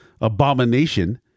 abomination